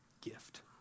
gift